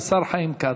השר חיים כץ.